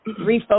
refocus